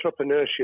entrepreneurship